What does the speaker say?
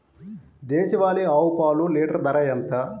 దేశవాలీ ఆవు పాలు లీటరు ధర ఎంత?